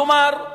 כלומר,